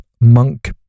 Monk